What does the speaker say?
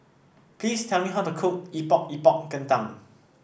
please tell me how to cook Epok Epok Kentang